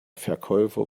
verkäufer